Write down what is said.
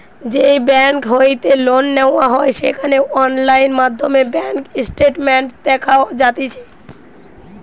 যেই বেংক হইতে লোন নেওয়া হয় সেখানে অনলাইন মাধ্যমে ব্যাঙ্ক স্টেটমেন্ট দেখা যাতিছে